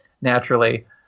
naturally